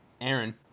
Aaron